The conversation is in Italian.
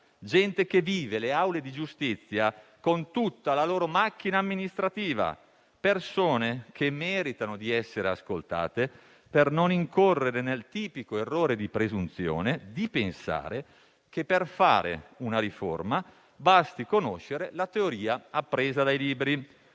gente che vive le aule di giustizia con tutta la loro macchina amministrativa; persone che meritano di essere ascoltate per non incorrere nel tipico errore di presunzione di pensare che, per fare una riforma, basti conoscere la teoria appresa dai libri.